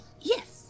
Yes